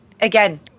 Again